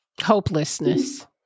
hopelessness